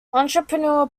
entrepreneur